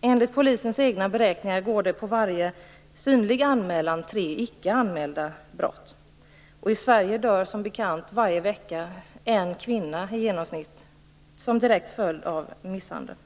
Enligt polisens egna beräkningar går det tre icke anmälda brott på varje synlig anmälan. I Sverige dör som bekant varje vecka i genomsnitt en kvinna som en direkt följd av misshandel.